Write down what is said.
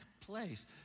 place